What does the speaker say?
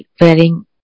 wearing